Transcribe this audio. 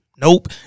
nope